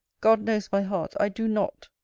god knows my heart, i do not!